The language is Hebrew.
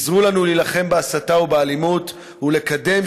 עזרו לנו להילחם בהסתה ובאלימות ולקדם